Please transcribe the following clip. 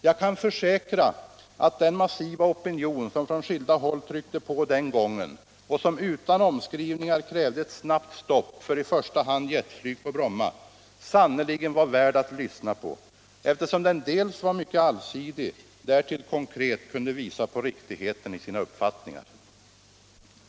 Jag kan försäkra att den massiva opinion som från skilda håll tryckte på den gången och som utan omskrivningar krävde ett snabbt stopp för i första hand jetflyg på Bromma sannerligen var värd att lyssna på, eftersom den var mycket allsidig och därtill konkret kunde visa på riktigheten i sina uppfattningar.